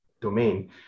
domain